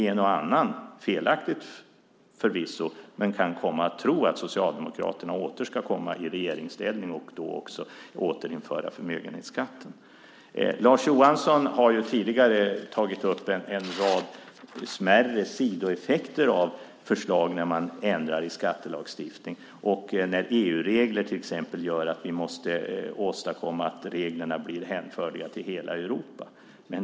En och annan kan, felaktigt förvisso, tro att Socialdemokraterna åter ska komma i regeringsställning och då också återinföra förmögenhetsskatten. Lars Johansson har tidigare tagit upp en rad smärre sidoeffekter av förslag på att ändra i skattelagstiftningen där EU-regler gör att vi att måste åstadkomma att reglerna blir möjliga att hänföra till hela Europa.